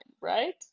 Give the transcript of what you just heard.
right